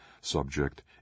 Subject